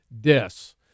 deaths